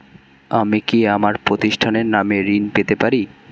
আমি কি আমার প্রতিষ্ঠানের নামে ঋণ পেতে পারি?